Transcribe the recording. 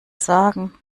sagen